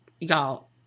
y'all